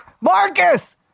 Marcus